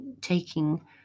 taking